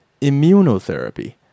immunotherapy